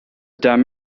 damn